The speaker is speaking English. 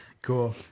Cool